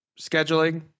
scheduling